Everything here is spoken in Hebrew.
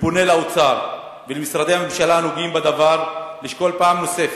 ופונה לאוצר ולמשרדי הממשלה הנוגעים בדבר לשקול פעם נוספת,